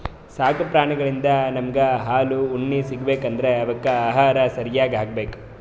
ಸಾಕು ಪ್ರಾಣಿಳಿಂದ್ ನಮ್ಗ್ ಹಾಲ್ ಉಣ್ಣಿ ಸಿಗ್ಬೇಕ್ ಅಂದ್ರ ಅವಕ್ಕ್ ಆಹಾರ ಸರ್ಯಾಗ್ ಹಾಕ್ಬೇಕ್